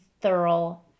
thorough